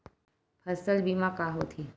फसल बीमा का होथे?